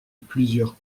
plusieurs